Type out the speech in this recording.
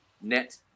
net